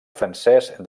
francesc